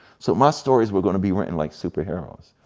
so, my stories were gonna be written like super heroes.